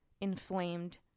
inflamed